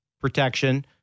protection